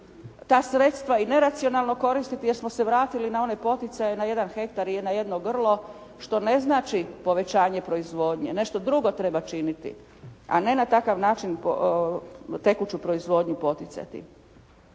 ta sredstva i neracionalno koristiti jer smo se vratili na one poticaje na jedan hektar i na jedno grlo što ne znači povećanje proizvodnje, nešto drugo treba činiti a ne na takav način tekuću proizvodnju poticati.